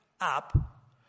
up